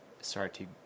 started